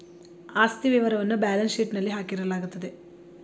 ಆಸ್ತಿ ವಿವರವನ್ನ ಬ್ಯಾಲೆನ್ಸ್ ಶೀಟ್ನಲ್ಲಿ ಹಾಕಲಾಗಿರುತ್ತದೆ